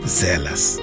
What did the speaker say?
zealous